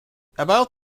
about